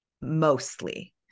mostly